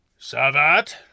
Savat